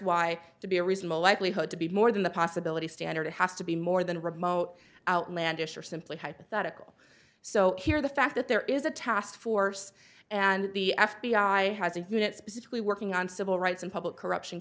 why to be a reasonable likelihood to be more than the possibility standard has to be more than remote outlandish or simply hypothetical so here the fact that there is a task force and the f b i has a unit specifically working on civil rights and public corruption